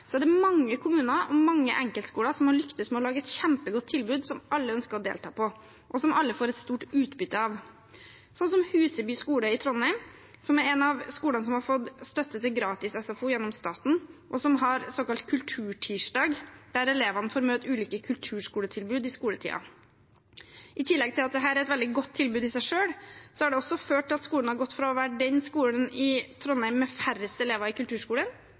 er det mange kommuner og mange enkeltskoler som har lyktes med å lage et kjempegodt tilbud som alle ønsker å delta på, og som alle får et stort utbytte av – som Huseby skole i Trondheim, som er en av skolene som har fått støtte til gratis SFO gjennom staten, og som har såkalt Kulturtirsdag, der elevene får møte ulike kulturskoletilbud i skoletiden. I tillegg til at dette er et veldig godt tilbud i seg selv, har det ført til at skolen har gått fra å være den skolen i Trondheim som har færrest elever i kulturskolen,